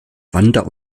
wander